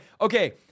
Okay